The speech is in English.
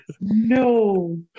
no